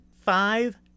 five